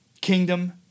Kingdom